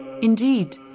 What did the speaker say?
Indeed